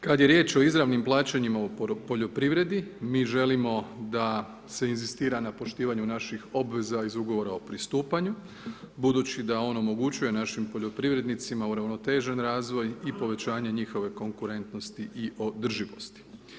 Kad je riječ o izravnim plaćanjima u poljoprivredi, mi želimo da se inzistira na poštivanju naših obveza iz Ugovora o pristupanju budući da on omogućava našim poljoprivrednicima uravnotežen razvoj i povećanje njihove konkurentnosti i održivosti.